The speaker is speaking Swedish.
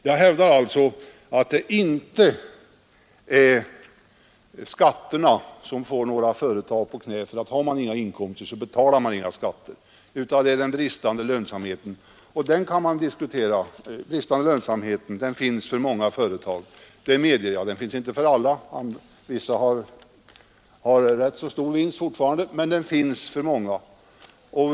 Jag hävdar alltså att det inte är skatterna som får några företag på knä — har man inte några inkomster så betalar man inga skatter — utan att det är den bristande lönsamheten. Och den bristande lönsamheten kan man diskutera, den finns för många företag, det medger jag. Den finns inte för alla — vissa har rätt så stor vinst fortfarande — men den finns alltså för många.